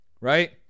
right